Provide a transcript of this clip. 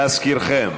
להזכירכם,